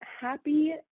happy